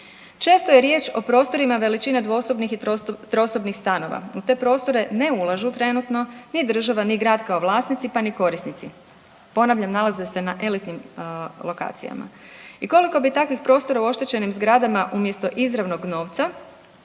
Često je riječ o prostorima veličine dvosobnih i trosobnih stanova, u te prostore ne ulažu trenutno ni država, ni grad kao vlasnici, pa ni korisnici, ponavljam nalaze se na elitinim lokacijama. I koliko bi takvih prostora u oštećenim zgradama umjesto izravnog novca